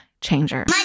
changer